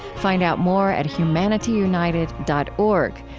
find out more at humanityunited dot org,